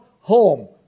home